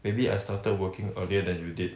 maybe I started working earlier than you did